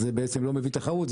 אז זה לא מביא תחרות,